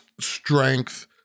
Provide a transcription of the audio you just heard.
strength